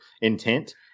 intent